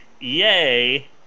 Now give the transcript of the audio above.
Yay